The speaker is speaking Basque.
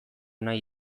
nahi